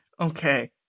Okay